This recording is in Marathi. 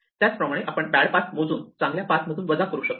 त्याच प्रमाणे आपण बॅड पाथ मोजून चांगल्या पाथ मधून वजा करू शकतो